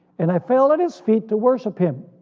and i fell at his feet to worship him.